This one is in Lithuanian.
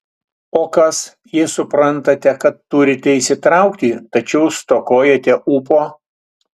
o kas jei suprantate kad turite įsitraukti tačiau stokojate ūpo